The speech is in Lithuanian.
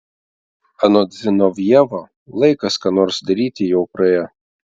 anot zinovjevo laikas ką nors daryti jau praėjo